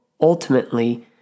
ultimately